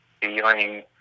feeling